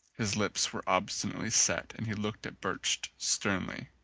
his lips were obstinately set and he looked at birch sternly.